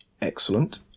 Excellent